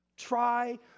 Try